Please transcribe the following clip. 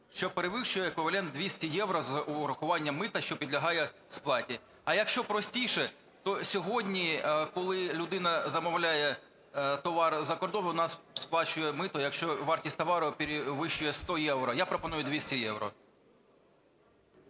що перевищує еквівалент 200 євро з урахуванням мита, що підлягає сплаті. А якщо простіше, то сьогодні, коли людина замовляє товари з-за кордону, вона сплачує мито, якщо вартість товару перевищує 100 євро. Я пропоную 200 євро.